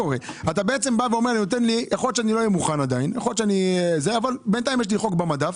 אתה בעצם אומר שיכול להיות שלא תהיה מוכן אבל בינתיים יש לך חוק על המדף